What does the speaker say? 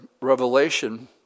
Revelation